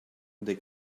they